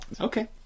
okay